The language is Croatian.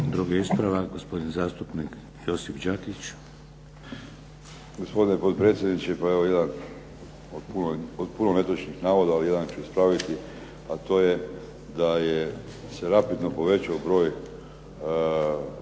Drugi ispravak gospodin zastupnik Josip Đakić. **Đakić, Josip (HDZ)** Gospodine potpredsjedniče. Od puno netočnih navoda jedan ću ispraviti a to je da se rapidno povećao broj